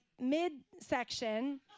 midsection